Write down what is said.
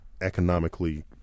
economically